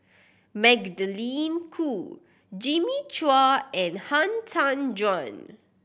Magdalene Khoo Jimmy Chua and Han Tan Juan